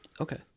Okay